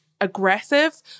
aggressive